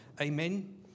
amen